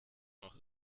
noch